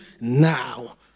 now